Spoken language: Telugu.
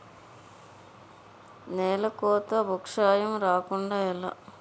నేలకోత భూక్షయం రాకుండ ఎలా?